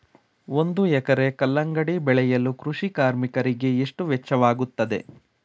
ಒಂದು ಎಕರೆ ಕಲ್ಲಂಗಡಿ ಬೆಳೆಯಲು ಕೃಷಿ ಕಾರ್ಮಿಕರಿಗೆ ಎಷ್ಟು ವೆಚ್ಚವಾಗುತ್ತದೆ?